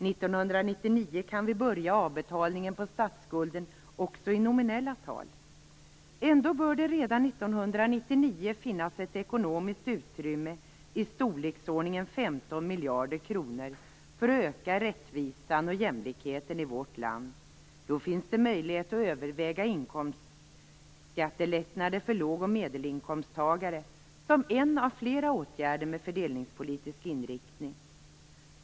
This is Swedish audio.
År 1999 kan vi börja avbetalningen på statsskulden också i nominella tal. Ändå bör det redan 1999 finnas ett ekonomiskt utrymme i storleksordningen 15 miljarder kronor för att öka rättvisan och jämlikheten i vårt land. Då finns det möjlighet att överväga inkomstskattelättnader för låg och medelinkomsttagare, som en av flera åtgärder med fördelningspolitisk inriktning.